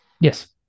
Yes